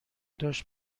داشت